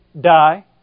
die